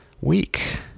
week